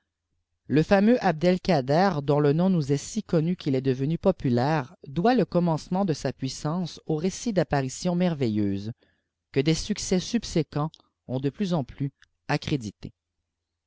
jie fameux abd-el-kader dont le nopi nous est si connu qu'il est devenu populaire doit le commencement de sa puissance au récit d'apparitions merveilleuses que des succès subséquents ont de plus en plus accréditées